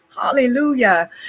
Hallelujah